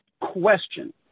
question